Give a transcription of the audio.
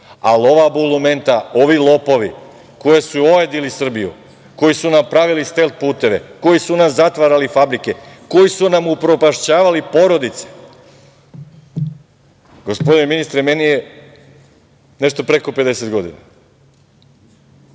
ali ova bulumenta, ovi lopovi koji su ojadili Srbiju, koji su napravili „stelt“ puteve, koji su nam zatvarali fabrike, koji su nam upropašćavali porodice…Gospodine ministre, meni je nešto preko 50 godina,